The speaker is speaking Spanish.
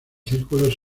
círculos